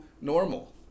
normal